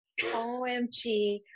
OMG